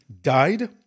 died